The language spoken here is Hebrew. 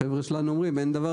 החבר'ה שלנו אומרים שאין דבר כזה.